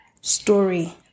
story